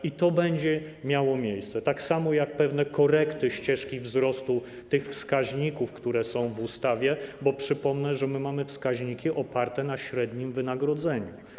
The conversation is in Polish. I to będzie miało miejsce, tak samo jak pewne korekty ścieżki wzrostu tych wskaźników, które są w ustawie, bo przypomnę, że my mamy wskaźniki oparte na średnim wynagrodzeniu.